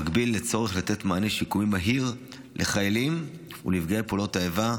במקביל לצורך לתת מענה שיקומי מהיר לחיילים ולנפגעי פעולות האיבה,